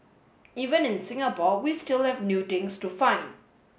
even in Singapore we still have new things to find